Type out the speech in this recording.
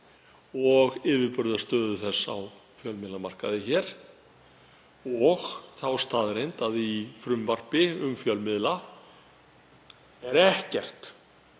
yfirburðastöðu þess á þeim markaði og þá staðreynd að í frumvarpi um fjölmiðla er ekkert